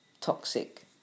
toxic